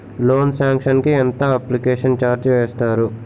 Loan sanction కి ఎంత application charge వేస్తారు?